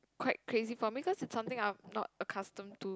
quite crazy for me cause it was something I was not accustom to